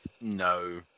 No